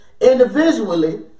individually